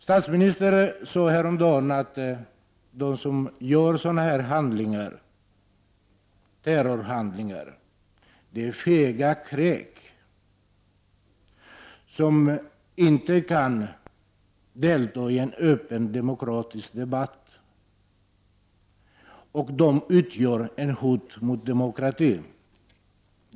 Statsministern sade häromdagen att de som begår handlingar av den här typen, terrorhandlingar, är fega kräk som inte kan delta i en öppen demokratisk debatt. Dessa människor utgör ett hot mot demokratin.